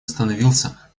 остановился